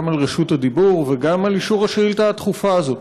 גם על רשות הדיבור וגם על אישור השאילתה הדחופה הזאת.